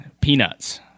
Peanuts